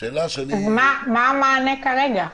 אז מה המענה כרגע?